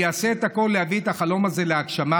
אני אעשה את הכול להביא את החלום הזה להגשמה,